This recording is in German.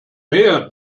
her